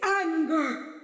anger